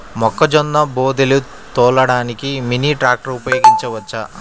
మొక్కజొన్న బోదెలు తోలడానికి మినీ ట్రాక్టర్ ఉపయోగించవచ్చా?